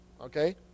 okay